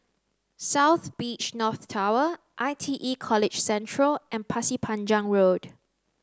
South Beach North Tower I T E College Central and Pasir Panjang Road